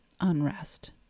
unrest